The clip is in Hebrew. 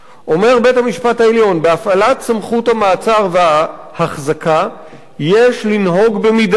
אומר בית-המשפט העליון: בהפעלת סמכות המעצר וההחזקה יש לנהוג במידתיות.